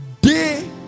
day